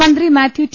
മന്ത്രി മാത്യു ടി